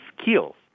skills